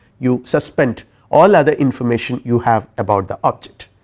you suspend all other information you have about the object.